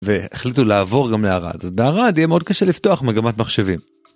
והחליטו לעבור גם לערד, בערד יהיה מאוד קשה לפתוח מגמת מחשבים.